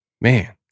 man